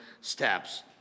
steps